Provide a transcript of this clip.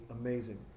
amazing